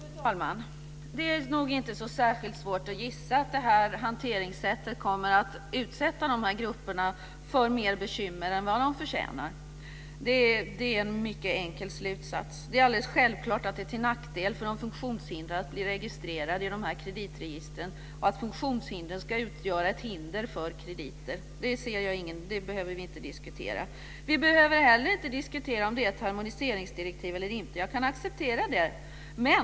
Fru talman! Det är nog inte så särskilt svårt att gissa att det här hanteringssättet kommer att utsätta dessa grupper för mer bekymmer än vad de förtjänar. Det är en mycket enkel slutsats. Det är alldeles självklart att det är till nackdel för de funktionshindrade att bli registrerade i de här kreditregistren och att funktionshindren kommer att utgöra ett hinder för krediter. Det behöver vi inte diskutera. Vi behöver inte heller diskutera om det är ett harmoniseringsdirektiv eller inte. Jag kan acceptera att det är ett sådant.